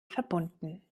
verbunden